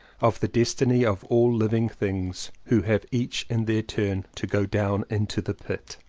of the destiny of all living things who have each in their turn to go down into the pit.